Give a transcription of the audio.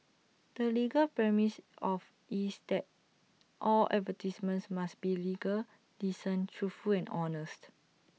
the legal premise of is that all advertisements must be legal decent truthful and honest